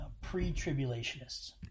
pre-tribulationists